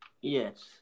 Yes